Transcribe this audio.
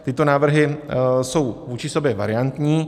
Tyto návrhy jsou vůči sobě variantní.